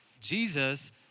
Jesus